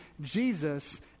Jesus